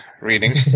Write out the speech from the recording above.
reading